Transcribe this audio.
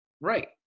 right